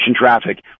traffic